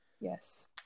Yes